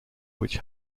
which